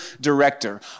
director